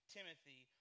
Timothy